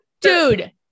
Dude